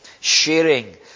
sharing